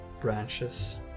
branches